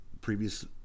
previous